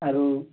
ଆରୁ